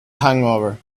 hangover